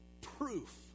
proof